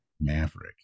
maverick